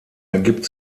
ergibt